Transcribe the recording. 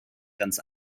ganz